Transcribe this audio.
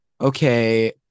Okay